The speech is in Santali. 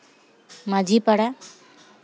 ᱢᱟᱺᱡᱷᱤ ᱯᱟᱲᱟ